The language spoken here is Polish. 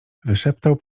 wyszeptał